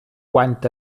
quant